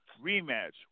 rematch